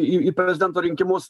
į į prezidento rinkimus